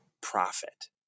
profit